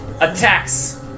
attacks